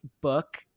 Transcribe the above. book